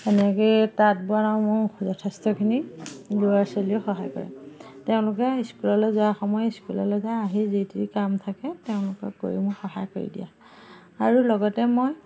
এনেকেই তাঁত বোৱাত মোৰ যথেষ্টখিনি ল'ৰা ছোৱালীয়েও সহায় কৰে তেওঁলোকে স্কুললে যোৱা সময় স্কুললে যায় আহি যি যি কাম থাকে তেওঁলোকে কৰি মোক সহায় কৰি দিয়ে আৰু লগতে মই